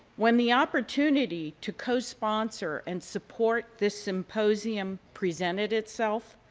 when the opportunity to co-sponsor and support this symposium presented itself,